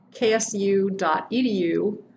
ksu.edu